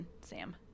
Sam